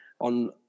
on